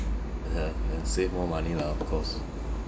(uh huh) and save more money lah of course